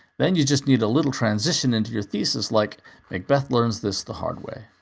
then you just need a little transition into your thesis, like macbeth learns this the hard way.